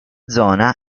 zona